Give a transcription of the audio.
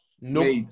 No